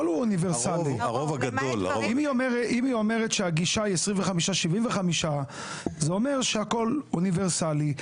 אם היא אומרת שהגישה היא 75%-25% זה אומר שהכל אוניברסלי.